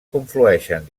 conflueixen